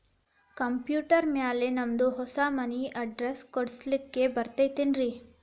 Computer ಮ್ಯಾಲೆ ನಮ್ದು ಹೊಸಾ ಮನಿ ಅಡ್ರೆಸ್ ಕುಡ್ಸ್ಲಿಕ್ಕೆ ಬರತೈತ್ರಿ?